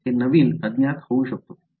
हे नवीन अज्ञात होऊ शकतो